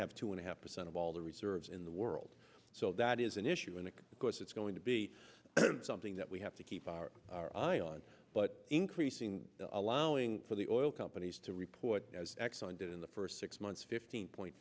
have two and a half percent of all the reserves in the world so that is an issue in it because it's going to be something that we have to keep our eye on but increasing allowing for the oil companies to report as exxon did in the first six months fifteen point